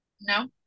No